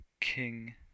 King